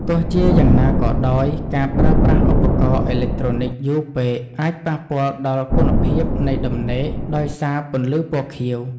ទោះជាយ៉ាងណាក៏ដោយការប្រើប្រាស់ឧបករណ៍អេឡិចត្រូនិកយូរពេកអាចប៉ះពាល់ដល់គុណភាពនៃដំណេកដោយសារពន្លឺពណ៌ខៀវ។